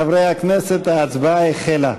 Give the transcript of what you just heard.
חברי הכנסת, ההצבעה החלה.